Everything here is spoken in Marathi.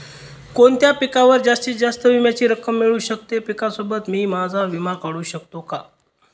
कोणत्या पिकावर जास्तीत जास्त विम्याची रक्कम मिळू शकते? पिकासोबत मी माझा विमा काढू शकतो का?